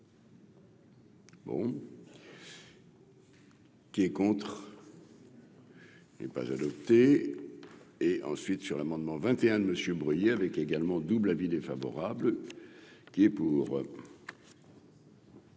Bon. Qui est contre. Est pas adopté et ensuite sur l'amendement 21 de Monsieur Bruillet avec également double avis défavorable qui est pour.